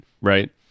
right